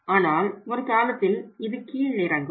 ஆனால் ஒருகாலத்தில் இது கீழிறங்கும்